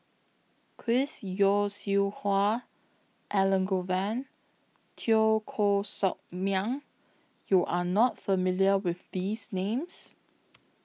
Chris Yeo Siew Hua Elangovan Teo Koh Sock Miang YOU Are not familiar with These Names